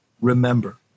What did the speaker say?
remember